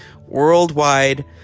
Worldwide